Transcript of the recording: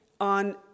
on